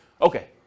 Okay